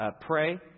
pray